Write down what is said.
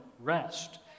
rest